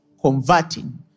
converting